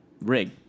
rig